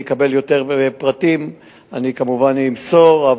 אני אקבל יותר פרטים ואני כמובן אמסור,